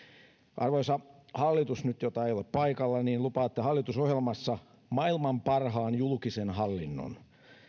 arvoisa hallitus jota ei nyt ole paikalla lupaatte hallitusohjelmassa maailman parhaan julkisen hallinnon